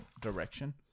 direction